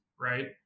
right